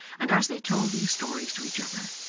and as they told these stories to each other,